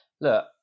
look